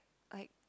like